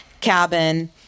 cabin